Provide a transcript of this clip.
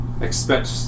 expect